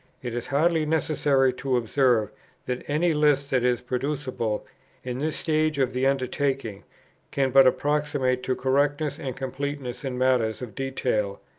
it is hardly necessary to observe that any list that is producible in this stage of the undertaking can but approximate to correctness and completeness in matters of detail,